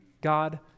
God